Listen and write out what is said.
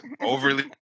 overly